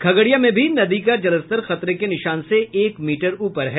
खगड़िया में भी नदी का जलस्तर खतरे के निशान से एक मीटर ऊपर है